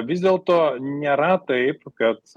vis dėlto nėra taip kad